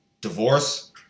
Divorce